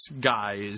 guys